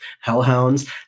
hellhounds